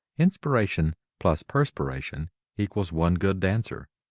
inspiration plus perspiration equals one good dancer.